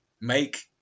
make